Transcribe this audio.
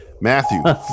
Matthew